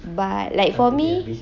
but like for me is basically